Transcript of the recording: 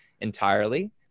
entirely